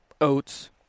oats